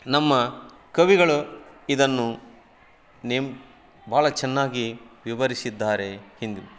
ನಮ್ಮ ಕವಿಗಳು ಇದನ್ನು ನಿಮ್ಮ ಭಾಳ ಚೆನ್ನಾಗಿ ವಿವರಿಸಿದ್ದಾರೆ ಹಿಂದೆ